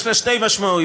יש לה שתי משמעויות: